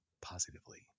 positively